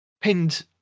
pinned